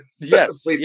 Yes